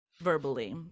verbally